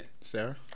Sarah